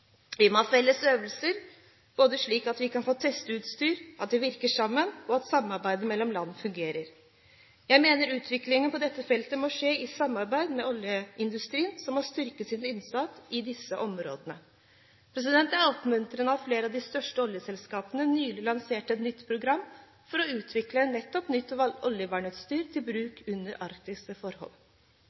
Vi må ha felles øvelser, slik at vi får testet om utstyret virker sammen, og om samarbeidet mellom landene fungerer. Jeg mener utviklingen på dette feltet må skje i samarbeid med oljeindustrien, som må styrke sin innsats i disse områdene. Det er oppmuntrende at flere av de største oljeselskapene nylig lanserte et nytt program for å utvikle nettopp nytt oljevernutstyr til bruk under arktiske forhold.